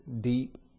deep